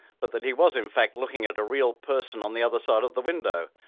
but that he was in fact looking at real person on the other side of the window,